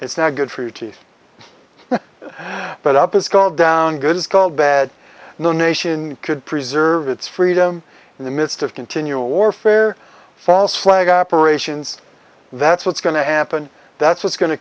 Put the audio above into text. it's not good for your teeth but up is going down good is called bad no nation could preserve its freedom in the midst of continual warfare false flag operations that's what's going to happen that's what's go